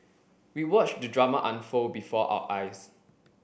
we watched the drama unfold before our eyes